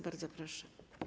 Bardzo proszę.